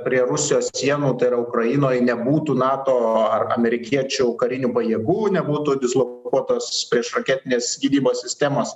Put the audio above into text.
prie rusijos sienų tai yra ukrainoj nebūtų nato ar amerikiečių karinių pajėgų nebūtų dislokuotos priešraketinės gynybos sistemos